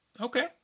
Okay